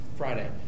Friday